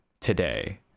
Today